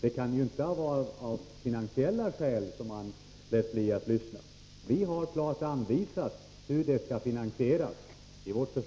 Det kan inte vara av finansiella skäl som han lät bli att lyssna. Vi har klart anvisat hur förslaget skall finansieras.